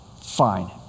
fine